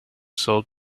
sold